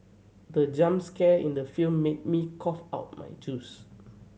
the jump scare in the film made me cough out my juice